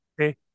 Okay